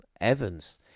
Evans